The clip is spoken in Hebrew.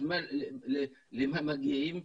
אז למה מגיעים?